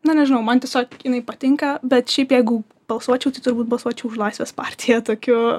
na nežinau man tiesiog jinai patinka bet šiaip jeigu balsuočiau tai turbūt balsuočiau už laisvės partiją tokiu